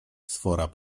sfora